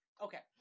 Okay